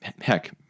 heck